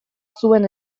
zuen